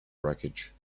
wreckage